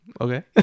Okay